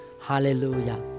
Hallelujah